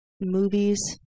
movies